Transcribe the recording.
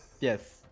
Yes